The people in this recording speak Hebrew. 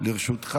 לרשותך